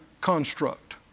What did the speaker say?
construct